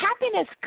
happiness